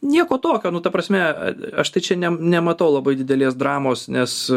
nieko tokio nu ta prasme aš tai čia ne nematau labai didelės dramos nes